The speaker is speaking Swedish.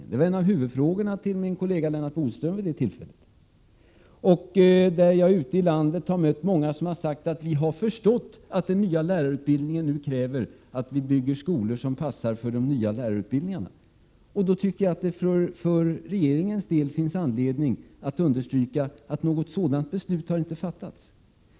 Det var en av huvudfrågorna till min kollega Lennart Bodström vid det tillfället. Jag har ute i landet mött många som sagt att de har förstått att det krävs att vi bygger skolor som passar för de nya lärarutbildningarna. Det finns då för regeringens del anledning att understryka att något sådant beslut inte har fattats.